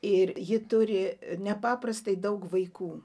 ir ji turi nepaprastai daug vaikų